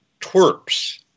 twerps